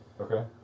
Okay